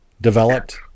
developed